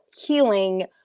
healing